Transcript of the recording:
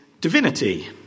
divinity